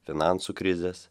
finansų krizės